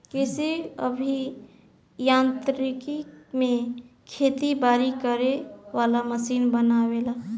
कृषि अभि यांत्रिकी में खेती बारी करे वाला मशीन बनेला